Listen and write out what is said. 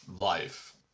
life